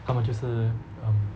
他们就是 um